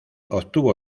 obtuvo